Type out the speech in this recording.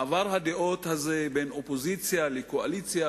מעבר הדעות הזה בין אופוזיציה לקואליציה,